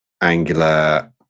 Angular